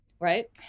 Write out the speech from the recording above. right